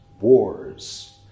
wars